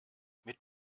mit